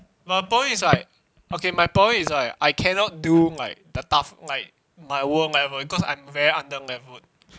my problem is like okay my problem is like I cannot do like the tough like my world level because I'm very under level